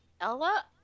Ella